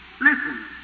Listen